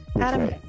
Adam